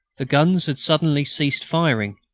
the guns had suddenly ceased firing.